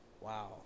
wow